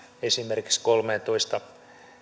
esimerkiksi kolmeentoista